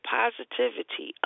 positivity